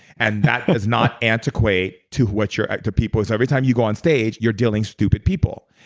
and that is not antiquate to what your act to people is every time you go on stage, you're dealing stupid people.